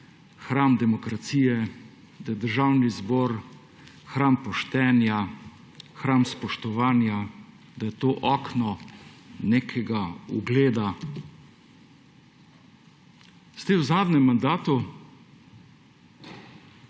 hram demokracije, da je Državni zbor hram poštenja, hram spoštovanja, da je to okno nekega ugleda, zdaj v zadnjem mandatu